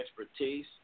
expertise